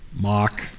mock